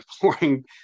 pouring